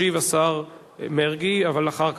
ישיב השר מרגי, אבל אחר כך.